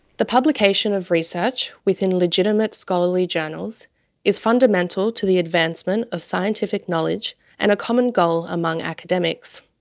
the publication of research within legitimate scholarly journals is fundamental to the advancement of scientific knowledge and a common goal among academics.